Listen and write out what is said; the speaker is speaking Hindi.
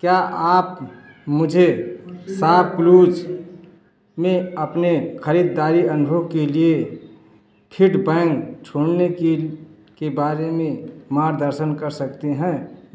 क्या आप मुझे शॉपक्लूज़ पर अपने खरीदारी अनुभव के लिए फीडबैंक छोड़ने के बारे में मार्गदर्शन कर सकते हैं